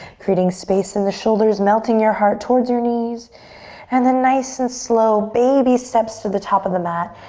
creating space in the shoulders melting your heart towards your knees and then nice and slow baby steps to the top of the mat.